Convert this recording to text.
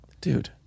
Dude